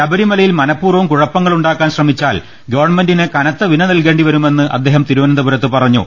ശബരിമലയിൽ മനപ്പൂർവ്വം കുഴപ്പങ്ങളു ണ്ടാക്കാൻ ശ്രമിച്ചാൽ ഗവൺമെന്റിന് കനത്ത വില നൽകേണ്ടി വരുമെന്ന് അദ്ദേഹം തിരുവനന്തപുരത്ത് പറ ഞ്ഞു